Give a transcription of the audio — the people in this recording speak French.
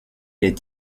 est